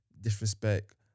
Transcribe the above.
disrespect